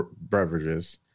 Beverages